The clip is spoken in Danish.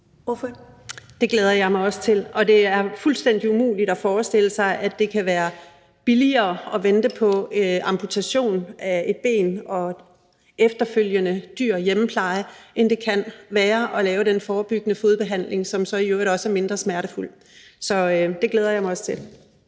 (SF): Det glæder jeg mig også til. Det er fuldstændig umuligt at forestille sig, at det kan være billigere at vente på amputation af et ben og efterfølgende dyr hjemmepleje, end det er at lave den forebyggende fodbehandling, som i øvrigt også er mindre smertefuld. Så det glæder jeg mig også til.